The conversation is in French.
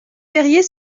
périer